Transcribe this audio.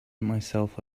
myself